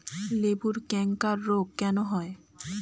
লেবুর ক্যাংকার রোগ কেন হয়?